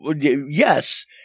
Yes